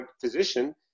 physician